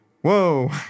whoa